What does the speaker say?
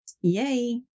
Yay